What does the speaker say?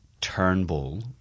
Turnbull